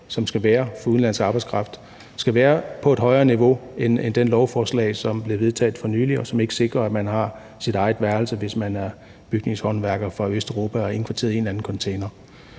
der skal være for udenlandsk arbejdskraft, skal være på et højere niveau, end de er med det lovforslag, som blev vedtaget for nylig, og som ikke sikrer, at man har sit eget værelse, hvis man er bygningshåndværker fra Østeuropa og er indkvarteret i en eller anden container.